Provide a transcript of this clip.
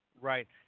Right